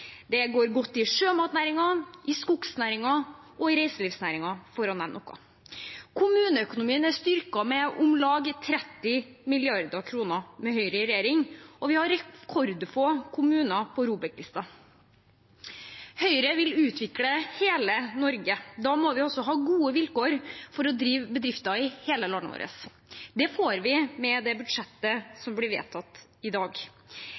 Det går godt i sjømatnæringen, i skognæringen og i reiselivsnæringen – for å nevne noe. Kommuneøkonomien er styrket med om lag 30 mrd. kr med Høyre i regjering, og vi har rekordfå kommuner på ROBEK-listen. Høyre vil utvikle hele Norge. Da må vi også ha gode vilkår for å drive bedrifter i hele landet vårt. Det får vi med det budsjettet som blir vedtatt i dag.